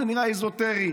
זה נראה אזוטרי,